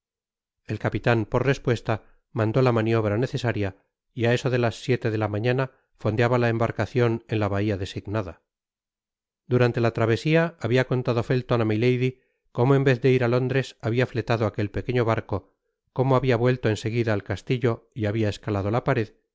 el capitan por respuesta mandó la maniobra necesaria y á eso de las siete de la mañana fondeaba la embarcacion en la bahia designada durante la travesia habia contado felton á milady como en vez de ir á londres habia fletado aquel pequeño barco como habia vuelto en seguida al castillo y habia escalado la pared